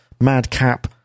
madcap